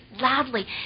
loudly